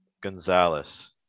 Gonzalez